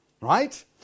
Right